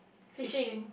fishing